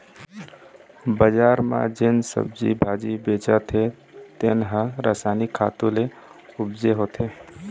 बजार म जेन सब्जी भाजी बेचाथे तेन ह रसायनिक खातू ले उपजे होथे